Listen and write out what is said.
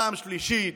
פעם שלישית,